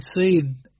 seen